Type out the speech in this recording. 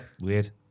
Weird